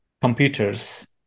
computers